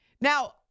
Now